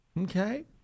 Okay